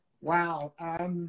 Wow